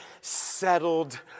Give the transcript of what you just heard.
settled